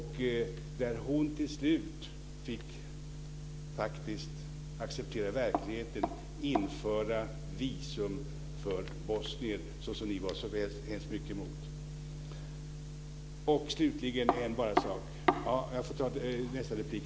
Hon fick till slut acceptera verkligheten och införa visum för bosnier, det som ni var så hemskt mycket emot. Jag får ta en sak till i nästa replik.